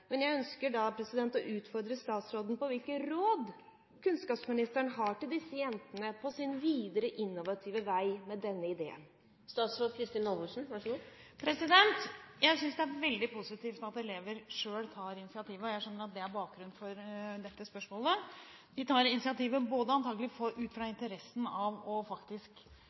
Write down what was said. Men jeg ønsker å utfordre statsråden på hvilke råd kunnskapsministeren har til disse jentene på deres videre innovative vei med denne ideen. Jeg synes det er veldig positivt at elever selv tar initiativet, og jeg skjønner at det er bakgrunnen for dette spørsmålet. De tar initiativet antageligvis ikke bare ut ifra interessen av faktisk å være til nytte og